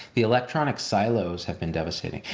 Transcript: the electronic silos have been devastating.